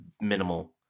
minimal